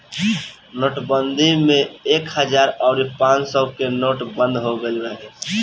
नोटबंदी में एक हजार अउरी पांच सौ के नोट बंद हो गईल रहे